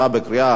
נתקבל.